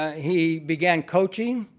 he began coaching,